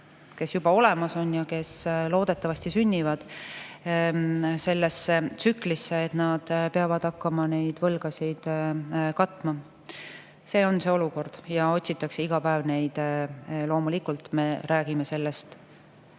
kes juba olemas on, ja neid, kes loodetavasti sünnivad, sellesse tsüklisse, et nad peavad hakkama neid võlgasid katma. See on see olukord ja otsitakse iga päev neid [lahendusi]. Loomulikult me räägime sellest